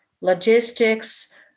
logistics